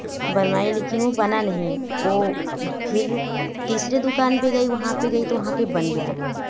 बनवाई लेकिन वह बना नहीं वह फिर तीसरे दुकान पर गई वहाँ पर गई तो वहाँ पर बन गया